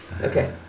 Okay